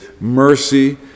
mercy